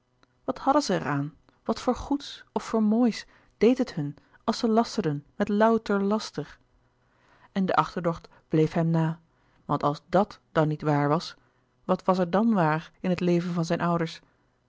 wat hadden zij er aan wat voor goeds of voor moois deed het hun als zij lasterden met louter laster en de achterdocht bleef hem na want als dàt dan niet waar was wat was er dan waar in het leven van zijn ouders